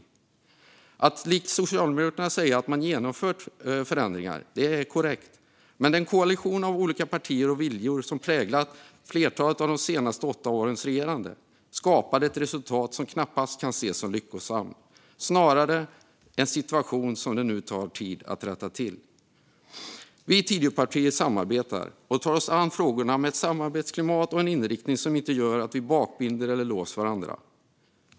Det stämmer att Socialdemokraterna genomfört förändringar, men den koalition av olika partier och viljor som präglat flertalet av de senaste åtta årens regerande gav ett resultat som knappast kan ses som lyckosamt, snarare en situation som det tar tid att rätta till. Vi i Tidöpartierna samarbetar och tar oss an frågorna med ett samarbetsklimat och en inriktning som gör att vi inte bakbinder eller låser varandra.